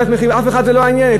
את אף אחד זה לא יעניין.